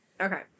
Okay